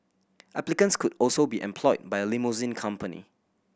applicants could also be employed by a limousine company